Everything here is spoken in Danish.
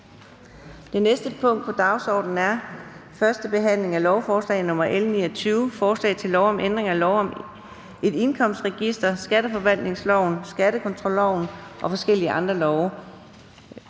Det næste punkt på dagsordenen er: 5) 1. behandling af lovforslag nr. L 29: Forslag til lov om ændring af lov om et indkomstregister, skatteforvaltningsloven, skattekontrolloven og forskellige andre love.